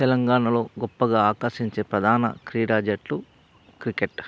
తెలంగాణలో గొప్పగా ఆకర్షించే ప్రధాన క్రీడా జట్టు క్రికెట్